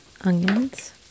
onions